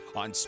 on